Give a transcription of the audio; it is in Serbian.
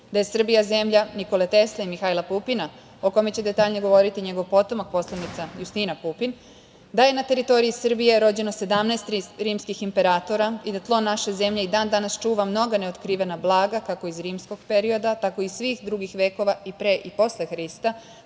da je Srbija zemlja Nikole Teske, Mihajla Pupina o kome će detaljnije govoriti njegov potomak, poslanica Justina Pupin, da je na teritoriji Srbije rođeno 17 rimskih imperatora i da tlo naše zemlje i dan-danas čuva mnoga neotkrivena blaga, kako iz rimskog perioda, tako i iz svih drugih vekova pre i posle Hrista,